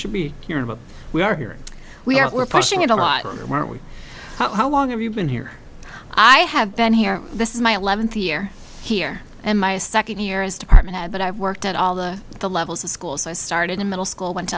should be hearing about we are here we are we're pushing it a lot how long have you been here i have been here this is my eleventh year here and my second year is department head but i've worked at all the the levels of schools i started in middle school went to